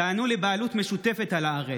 טענו לבעלות משותפת על הארץ.